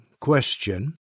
Question